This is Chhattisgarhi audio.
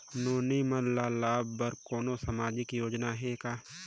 नोनी मन ल लाभ बर कोनो सामाजिक योजना हे का?